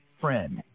friend